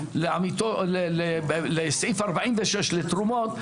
לסעיף 46 לתרומות,